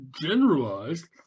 generalized